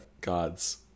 God's